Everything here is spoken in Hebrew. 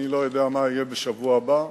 אני לא יודע מה יהיה בשבוע הבא.